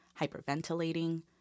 hyperventilating